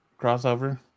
crossover